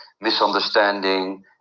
misunderstanding